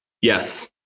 yes